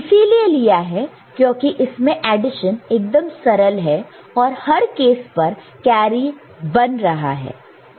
इसीलिए लिया है क्योंकि इसमें एडिशन एकदम सरल है और हर केस पर कैरी बन रहा है